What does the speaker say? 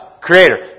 Creator